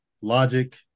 logic